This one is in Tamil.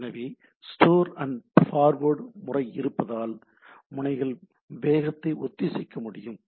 எனவே ஸ்டோர் அண்ட் ஃபார்வேர்ட் முறை இருப்பதால் முனைகள் வேகத்தை ஒத்திசைக்க முடியும்